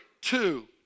two